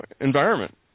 environment